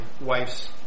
wife's